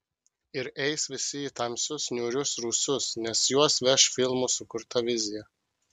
ir eis visi į tamsius niūrius rūsius nes juos veš filmų sukurta vizija